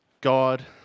God